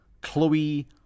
Chloe